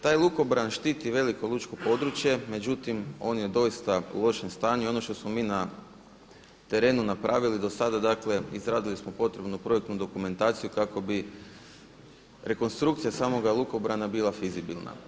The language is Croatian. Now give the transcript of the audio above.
Taj lukobran štiti veliko lučko područje, međutim on je doista u lošem stanju i ono što smo mi na terenu napravili do sada dakle izradili smo potrebnu projektnu dokumentaciju kako bi rekonstrukcija samoga lukobrana bila fizibilna.